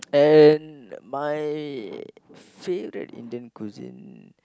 and my favourite Indian cuisine